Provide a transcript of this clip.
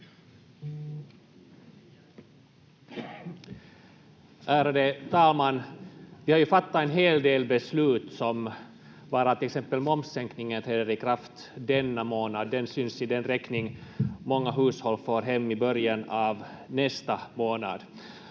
Ärade talman! Vi har ju fattat en hel del beslut varav till exempel momssänkningen träder i kraft denna månad. Den syns i den räkning många hushåll får hem i början av nästa månad.